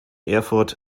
erfurt